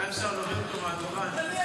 טלי,